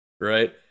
right